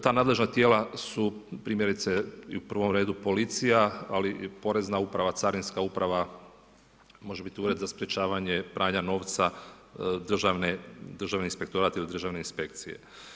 Ta nadležna tijela su primjerice i u prvom redu policija, ali i porezna uprava, carinska uprava, može biti ured za sprečavanje pranja novca, državni inspektorat ili državne inspekcije.